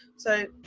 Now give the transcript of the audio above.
so.